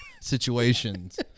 situations